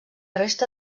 resta